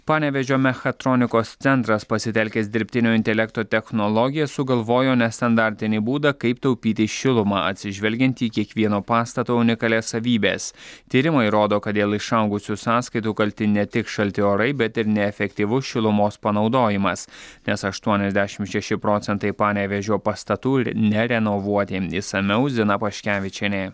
panevėžio mechatronikos centras pasitelkęs dirbtinio intelekto technologiją sugalvojo nestandartinį būdą kaip taupyti šilumą atsižvelgiant į kiekvieno pastato unikalias savybes tyrimai rodo kad dėl išaugusių sąskaitų kalti ne tik šalti orai bet ir neefektyvus šilumos panaudojimas nes aštuoniasdešim šeši procentai panevėžio pastatų ir nerenovuoti išsamiau zina paškevičienė